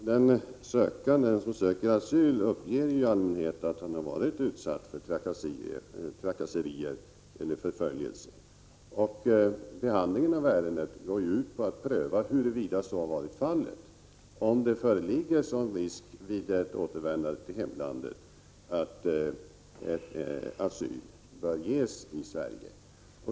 Herr talman! Den som söker asyl uppger ju i allmänhet att han har varit utsatt för trakasserier eller förföljelse. Behandlingen av ärendet går ju ut på att pröva huruvida så har varit fallet och om det föreligger sådan risk vid ett återvändande till hemlandet att asyl bör ges i Sverige.